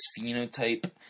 phenotype